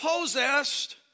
possessed